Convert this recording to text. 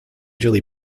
julie